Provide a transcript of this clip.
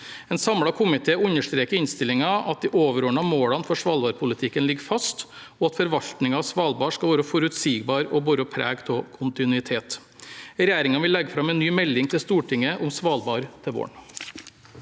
En samlet komité understreker i innstillingen at de overordnede målene for svalbardpolitikken ligger fast, og at forvaltningen av Svalbard skal være forutsigbar og bære preg av kontinuitet. Regjeringen vil legge fram en ny melding til Stortinget om Svalbard til våren.